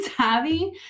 savvy